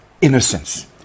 innocence